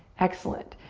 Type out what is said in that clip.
excellent.